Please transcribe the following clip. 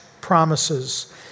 promises